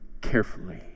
carefully